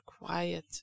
quiet